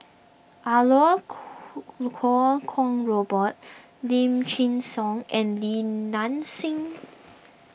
are Lau Lu Kuo Kwong Robert Lim Chin Siong and Li Nanxing